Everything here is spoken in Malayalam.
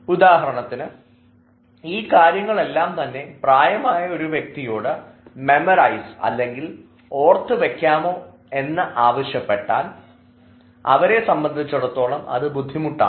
ഉദാഹരണത്തിന് ഈ കാര്യങ്ങൾ എല്ലാം തന്നെ പ്രായമായ ഒരു വ്യക്തിയോട് മെമ്മറൈസ് അല്ലെങ്കിൽ ഓർത്തു വെക്കാമോ ആവശ്യപ്പെട്ടാൽ അവരെ സംബന്ധിച്ചിടത്തോളം അത് ബുദ്ധിമുട്ടാണ്